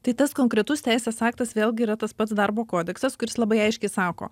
tai tas konkretus teisės aktas vėlgi yra tas pats darbo kodeksas kuris labai aiškiai sako